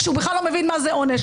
כשהוא בכלל לא מבין מה זה עונש.